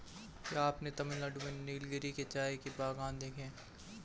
क्या आपने तमिलनाडु में नीलगिरी के चाय के बागान देखे हैं?